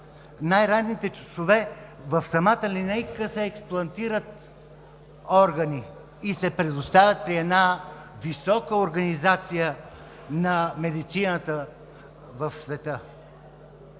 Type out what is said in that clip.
най-ранните часове, в самата линейка се експлантират органи и се предоставят при висока организация на медицината в света.